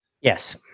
Yes